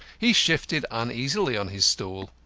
he shifted uneasily on his stool.